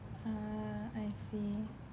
ah I see